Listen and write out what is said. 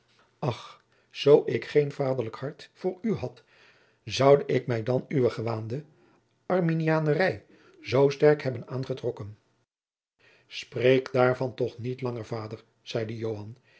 ach zoo ik geen vaderlijk hart voor u had zoude ik mij dan uwe gewaande arminianerij zoo sterk hebben aangetrokken spreek daarvan toch niet langer vader zeide